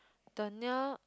the near